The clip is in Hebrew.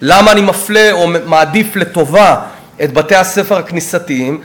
למה אני מפלה או מעדיף לטובה את בתי-הספר הכנסייתיים.